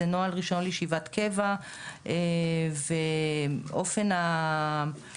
זה נוהל רישיון לישיבת קבע ואופן הפעולה